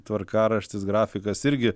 tvarkaraštis grafikas irgi